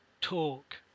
talk